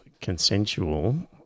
consensual